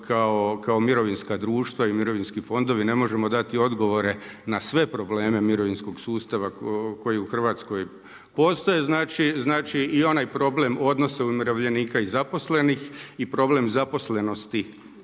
kao mirovinska društva i mirovinski fondovi ne možemo dati odgovore na sve probleme mirovinskog sustava koji u Hrvatskoj postoje. Znači i onaj problem odnosa umirovljenika i zaposlenih i problem zaposlenosti